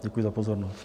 Děkuji za pozornost.